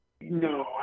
No